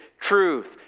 truth